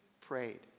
prayed